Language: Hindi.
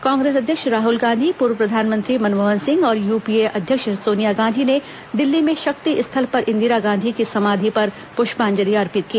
कांग्रेस अध्यक्ष राहुल गांधी पूर्व प्रधानमंत्री मनमोहन सिंह और यूपीए अध्यक्ष सोनिया गांधी ने दिल्ली में शक्ति स्थल पर इंदिरा गांधी की समाधि पर पुष्पांजलि अर्पित की